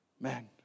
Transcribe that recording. Man